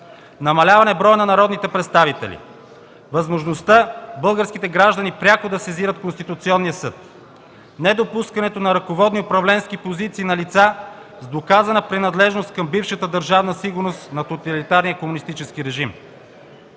намаляване броя на народните представители! Възможността българските граждани пряко да сезират Конституционния съд! Недопускането на ръководни, управленски позиции на лица с доказана принадлежност към бившата Държавна сигурност на тоталитарния комунистически режим!